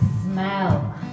smell